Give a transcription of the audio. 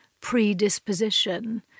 predisposition